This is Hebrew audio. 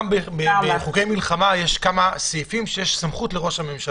גם בחוקי מלחמה יש כמה סעיפים שיש סמכות לראש הממשלה.